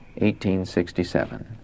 1867